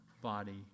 body